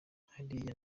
hari